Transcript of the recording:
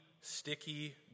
sticky